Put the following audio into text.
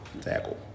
tackle